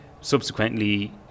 subsequently